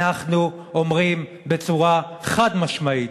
אנחנו אומרים בצורה חד-משמעית: